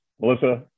Melissa